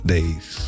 Days